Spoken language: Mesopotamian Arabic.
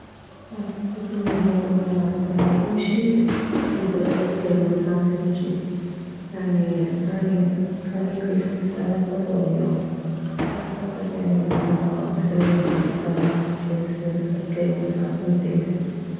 اعتقد انه اذا يعني امشي اكدر ثلاث كيلومترات هيجي يعني اني مخليتلي خمسة الاف خطوة باليوم فأعتقد يعني انه لو اسويه خمسة الاف بالنسبة لثلاث كيلومترات ممتاكدة